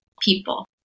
people